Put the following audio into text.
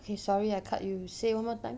okay sorry I cut you say one more time